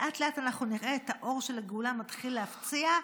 לאט-לאט אנחנו נראה את האור של הגאולה מתחיל להפציע,